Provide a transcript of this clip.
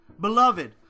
beloved